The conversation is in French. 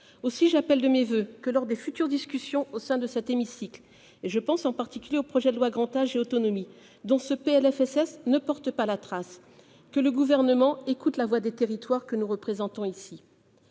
Aussi, je forme le voeu que, lors des futures discussions au sein de cet hémicycle- je pense en particulier au projet de loi Grand âge et autonomie, dont ce PLFSS ne porte pas la trace -, le Gouvernement écoute la voix des territoires que nous représentons ici.